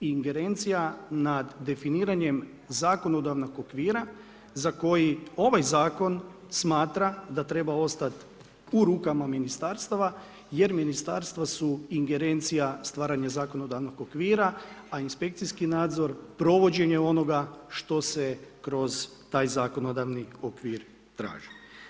Ingerencija nad definiranjem zakonodavnog okvira za koji ovaj zakon smatra da treba ostati u rukama ministarstava jer ministarstva su ingerencija stvaranja zakonodavnog okvira a inspekcijski nadzor provođenje onoga što se kroz taj zakonodavni okvir traži.